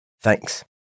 Thanks